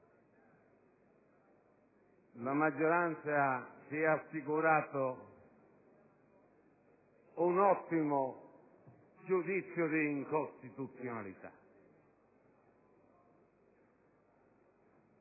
la maggioranza si è assicurata un ottimo giudizio di incostituzionalità.